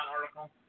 article